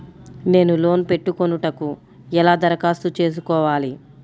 నేను లోన్ పెట్టుకొనుటకు ఎలా దరఖాస్తు చేసుకోవాలి?